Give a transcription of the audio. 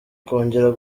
kongera